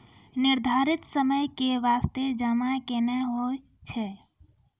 निर्धारित समय के बास्ते जमा केना होय छै?